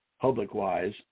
public-wise